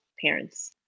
parents